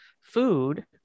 food